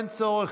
אין צורך,